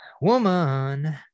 woman